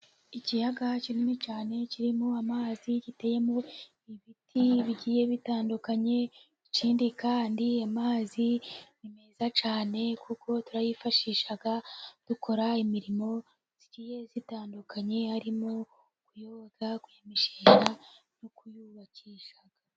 Ikiyaga kinini cyane kirimo amazi, giteyemo ibiti bigiye bitandukanye, ikindi kandi amazi ni meza cyane, kuko turayifashisha dukora imirimo igiye itandukanye harimo kuyoga, kuyameshesha no kuyubakisha.